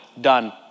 Done